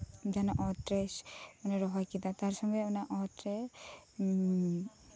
ᱡᱟᱦᱟᱱᱟᱜ ᱚᱛᱨᱮ ᱚᱸᱰᱮᱭ ᱨᱚᱦᱚᱭ ᱠᱮᱫᱟ ᱛᱟᱯᱚᱨ ᱩᱱᱥᱩᱢᱟᱹᱭ ᱚᱱᱟ ᱚᱛᱨᱮ